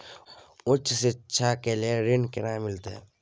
उच्च शिक्षा के लेल ऋण केना मिलते?